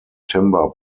timber